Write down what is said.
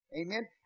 Amen